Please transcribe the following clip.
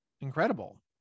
incredible